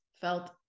felt